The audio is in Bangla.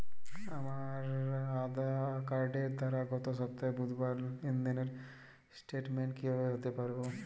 আমার কার্ডের দ্বারা গত সপ্তাহের বুধবারের লেনদেনের স্টেটমেন্ট কীভাবে হাতে পাব?